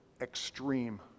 extreme